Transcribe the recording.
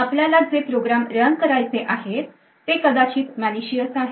आपल्याला जे program run करायचे आहेत ते कदाचित malicious आहेत